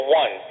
one